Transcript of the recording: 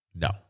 No